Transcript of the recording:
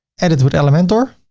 edit with elementor,